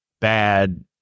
bad